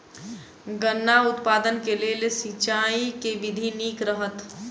गन्ना उत्पादन केँ लेल सिंचाईक केँ विधि नीक रहत?